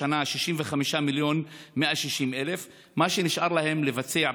השנה, 65 מיליון ו-160,000 שקל.